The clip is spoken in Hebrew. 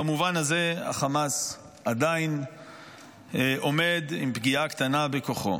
במובן הזה חמאס עדיין עומד, עם פגיעה קטנה בכוחו.